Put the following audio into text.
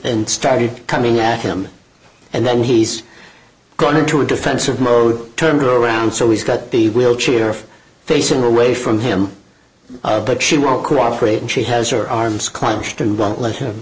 and started coming at him and then he's gone into a defensive mode turned around so he's got the wheelchair facing away from him but she won't cooperate and she has her arms climb and won't let him